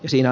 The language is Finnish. siinä